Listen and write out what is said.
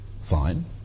Fine